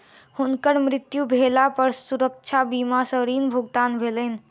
हुनकर मृत्यु भेला पर सुरक्षा बीमा सॅ ऋण भुगतान भेलैन